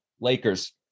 Lakers